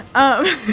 oh